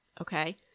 okay